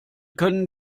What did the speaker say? können